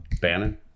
bannon